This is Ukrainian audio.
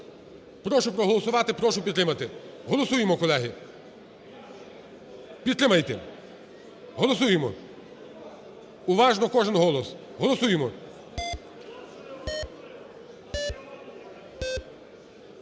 Прошу проголосувати. Прошу підтримати. Голосуємо, колеги. Підтримайте! Голосуємо! Уважно кожен голос. Голосуємо.